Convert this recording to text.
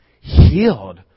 healed